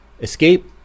escape